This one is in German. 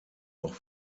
auch